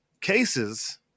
cases